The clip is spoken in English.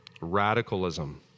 Radicalism